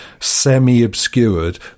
semi-obscured